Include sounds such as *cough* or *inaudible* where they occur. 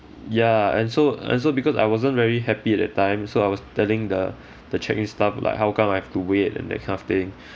ya and so and so because I wasn't very happy at that time so I was telling the *breath* the check-in staff like how come I have to wait and that kind of thing